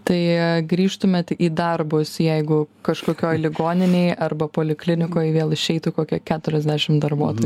tai grįžtumėt į darbus jeigu kažkokioj ligoninėj arba poliklinikoj vėl išeitų kokia keturiasdešimt darbuotojų